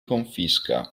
confisca